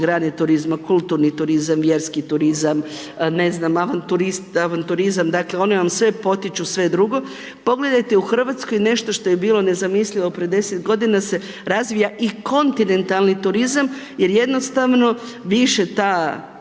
grane turizma, kulturni turizam, vjerski turizam, avanturizam, dakle oni vam sve potiču sve drugo, pogledajte u Hrvatskoj nešto što je bilo nezamislivo prije 10 godina se razvija i kontinentalni turizam jer jednostavno više ta,